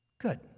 Good